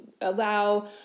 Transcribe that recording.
allow